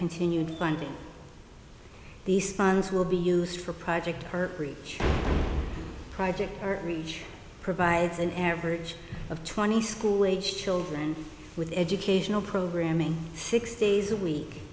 continued funding these funds will be used for a project her preach project reach provides an average of twenty school age children with educational programming six days a week